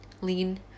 Lean